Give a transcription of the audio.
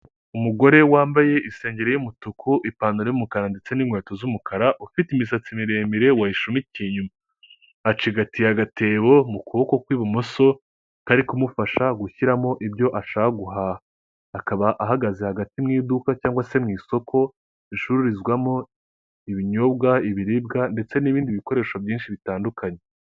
Umugore wambaye isengeri y'umutuku, ipantaro y'umukara ndetse n'inkweto z'umukara ufite imisatsi miremire wayishumikiye inyuma, acigatiye agatebo mu kuboko kw'ibumoso kari kumufasha gushyiramo ibyo ashaka guhaha. Akaba ahagaze hagati mu iduka cyangwa se mu isoko, ricururizwamo ibinyobwa, ibiribwa ndetse n'ibindi bikoresho byinshi bitandukanye.